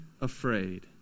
afraid